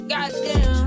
Goddamn